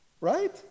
Right